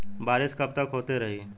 बरिस कबतक होते रही?